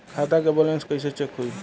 खता के बैलेंस कइसे चेक होई?